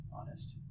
honest